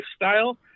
lifestyle